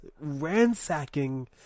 ransacking